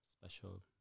special